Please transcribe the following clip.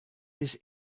this